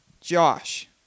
Josh